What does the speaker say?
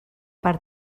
per